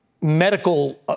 medical